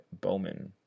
Bowman